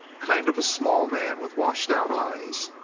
kind of a small man with washed out eyes.